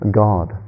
god